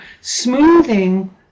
smoothing